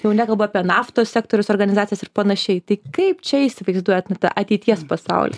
jau nekalbu apie naftos sektoriaus organizacijas ir panašiai tai kaip čia įsivaizduojat na tą ateities pasaulį